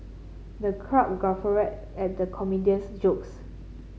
the crowd guffawed at the comedian's jokes